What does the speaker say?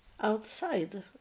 outside